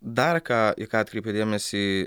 dar ką į ką atkreipė dėmesį